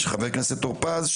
של חבר הכנסת טור פז,